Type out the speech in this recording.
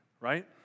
Right